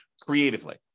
creatively